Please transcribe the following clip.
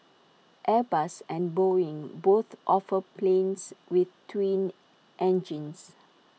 airbus and boeing both offer planes with twin engines